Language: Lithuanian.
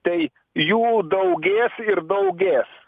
tai jų daugės ir daugės